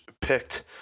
picked